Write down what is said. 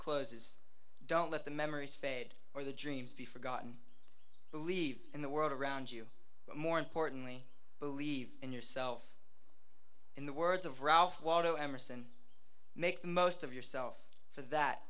closes don't let the memories fade or the dreams be forgotten believe in the world around you but more importantly believe in yourself in the words of ralph waldo emerson make the most of yourself for that